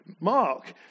Mark